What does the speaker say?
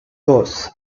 gauss